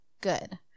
Good